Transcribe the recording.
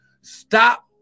Stop